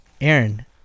Aaron